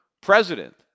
president